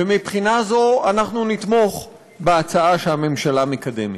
ומבחינה זו אנחנו נתמוך בהצעה שהממשלה מקדמת.